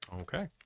Okay